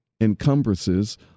encumbrances